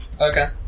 Okay